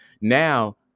Now